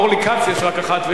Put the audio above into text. גם אורלי כץ יש רק אחת,